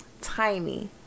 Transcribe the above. Tiny